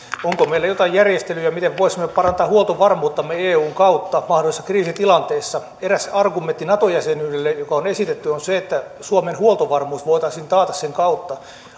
onko meillä joitain järjestelyjä miten voisimme parantaa huoltovarmuuttamme eun kautta mahdollisessa kriisitilanteessa eräs argumentti joka on esitetty nato jäsenyydelle on se että suomen huoltovarmuus voitaisiin taata sen kautta